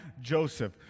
Joseph